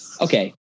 okay